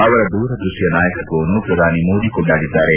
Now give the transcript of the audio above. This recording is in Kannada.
ಅವರ ದೂರ ದೃಷ್ಷಿಯ ನಾಯಕತ್ವವನ್ನು ಪ್ರಧಾನಿ ಮೋದಿ ಕೊಂಡಾಡಿದ್ದಾರೆ